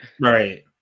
Right